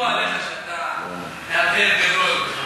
סיפרו עליך שאתה, גדול.